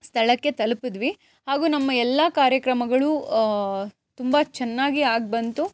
ಸ್ಥಳಕ್ಕೆ ತಲುಪಿದ್ವಿ ಹಾಗೂ ನಮ್ಮ ಎಲ್ಲಾ ಕಾರ್ಯಕ್ರಮಗಳೂ ತುಂಬ ಚೆನ್ನಾಗಿ ಆಗಿ ಬಂತು